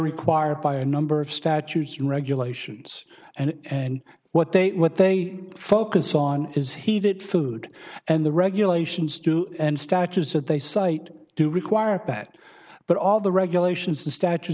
required by a number of statutes and regulations and and what they what they focus on is he did food and the regulations do and statutes that they cite to require that but all the regulations and statu